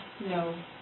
no